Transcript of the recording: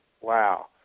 Wow